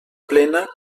plena